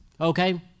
Okay